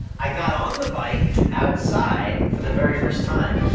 i got on the bike outside for the very first time.